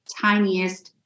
tiniest